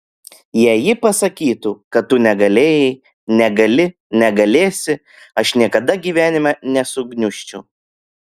jei ji pasakytų kad tu negalėjai negali negalėsi aš niekada gyvenime nesugniužčiau